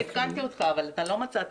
אני עדכנתי אותך אבל אתה לא מצאת